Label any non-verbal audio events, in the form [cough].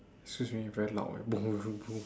excuse me you very loud eh [noise]